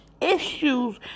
issues